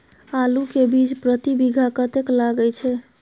आलू के बीज प्रति बीघा कतेक लागय छै?